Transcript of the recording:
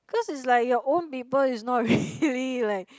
cause is like your own people is not really like